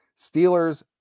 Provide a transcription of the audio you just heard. Steelers